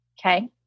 Okay